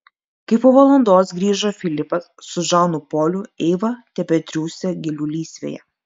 kai po valandos grįžo filipas su žanu poliu eiva tebetriūsė gėlių lysvėje